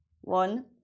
One